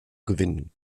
gewinnen